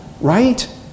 right